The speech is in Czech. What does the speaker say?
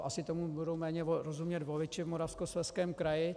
Asi tomu budou méně rozumět voliči v Moravskoslezském kraji.